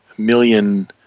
Million